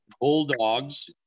Bulldogs